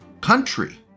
country